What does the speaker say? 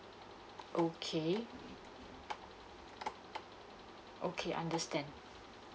okay okay understand